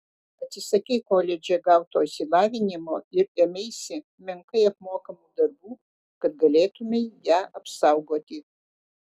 atsisakei koledže gauto išsilavinimo ir ėmeisi menkai apmokamų darbų kad galėtumei ją apsaugoti